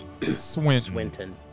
swinton